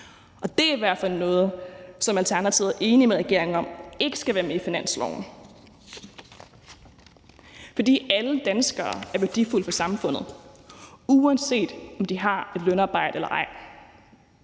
og det er i hvert fald noget, som Alternativet er enig med regeringen om ikke skal være med i finansloven. For alle danskere er værdifulde for samfundet, uanset om de har et lønarbejde eller ej.